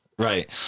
Right